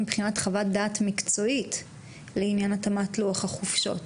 מבחינת חוות דעת מקצועית לעניין התאמת לוח החופשות,